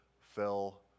fell